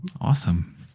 Awesome